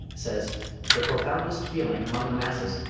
says the profoundest feeling among the masses,